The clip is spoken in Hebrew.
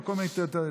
או כל מיני תירוצים.